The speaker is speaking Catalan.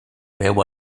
beu